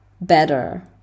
better